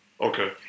Okay